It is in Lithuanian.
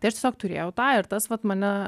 tai aš tiesiog turėjau tą ir tas vat mane